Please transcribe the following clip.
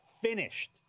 finished